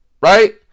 right